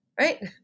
right